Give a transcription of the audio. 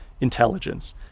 intelligence